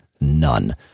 None